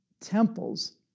temples